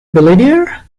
billionaire